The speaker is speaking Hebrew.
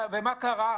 ומה קרה?